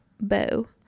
bow